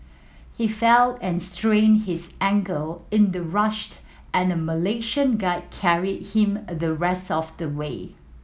he fell and strained his ankle in the rushed and Malaysian guide carried him the rest of the way